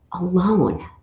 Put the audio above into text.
alone